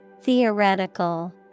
Theoretical